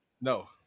No